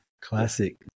Classic